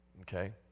Okay